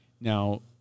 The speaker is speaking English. Now